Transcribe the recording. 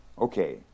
Okay